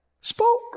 spoke